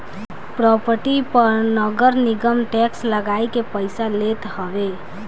property पअ नगरनिगम tax लगाइ के पईसा लेत हवे